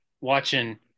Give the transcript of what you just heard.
watching